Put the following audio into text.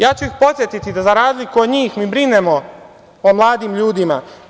Ja ću ih podsetiti da za razliku od njih mi brinemo o mladim ljudima.